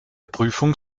prüfung